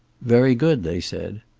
very good, they said.